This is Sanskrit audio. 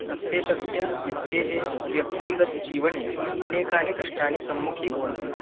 प्रत्येकं व्यक्तेः व्यक्तिगतजीवने अनेकानि कष्टानि सम्मुखीभवन्ति